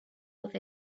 with